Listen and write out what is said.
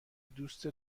دوست